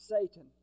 Satan